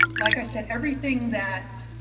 like i said, everything that